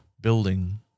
building